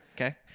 Okay